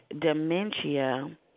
dementia